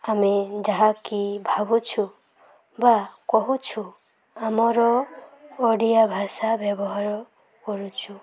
ଆମେ ଯାହାକି ଭାବୁଛୁ ବା କହୁଛୁ ଆମର ଓଡ଼ିଆ ଭାଷା ବ୍ୟବହାର କରୁଛୁ